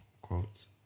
quotes